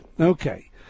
Okay